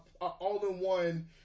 all-in-one